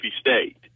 State